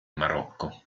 marocco